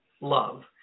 love